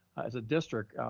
as a district,